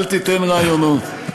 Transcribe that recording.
אל תיתן רעיונות.